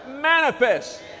manifest